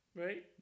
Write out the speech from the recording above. Right